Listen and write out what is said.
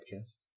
Podcast